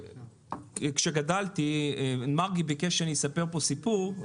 מרגי ביקש שאני אספר פה סיפור,